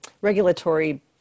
regulatory